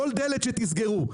כל דלת שתסגרו,